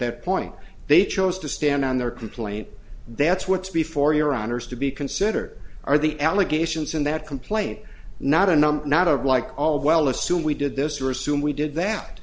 that point they chose to stand on their complaint that's what's before your honor's to be consider are the allegations in that complaint not a number not a like all well assume we did this or assume we did that